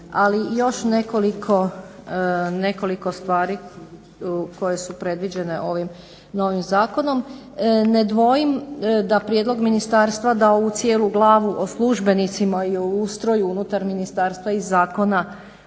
Ali još nekoliko stvari koje su predviđene ovim novim zakonom. Ne dvojim da prijedlog ministarstva da ovu cijelu glavu o službenicima i o ustroju unutar ministarstva iz zakona